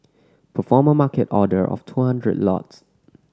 perform a Market order of two hundreds lots